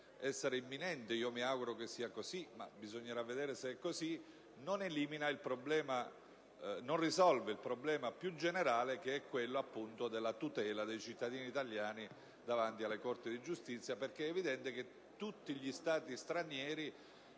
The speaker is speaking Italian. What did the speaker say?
essere imminente (e mi auguro che sia veramente così, ma bisognerà verificarlo) non risolve il problema più generale, che è quello della tutela dei cittadini italiani davanti alla Corte di giustizia. È evidente che tutti gli Stati stranieri